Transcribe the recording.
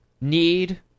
need